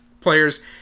players